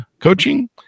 Coaching